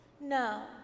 No